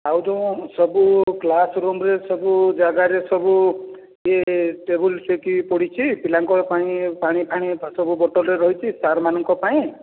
ଆଉ ଯେଉଁ ସବୁ କ୍ଲାସ୍ ରୁମ୍ରେ ସବୁ ଜାଗାରେ ସବୁ ଇଏ ଟେବୁଲ୍ ସେଠି ପଡ଼ିଛି ପିଲାଙ୍କ ପାଇଁ ପାଣିଫାଣି ସବୁ ବୋଟଲ୍ ରେ ରହିଛି ସାର୍ମାନଙ୍କ ପାଇଁ